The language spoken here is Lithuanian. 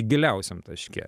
giliausiam taške